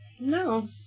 No